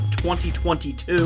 2022